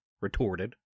retorted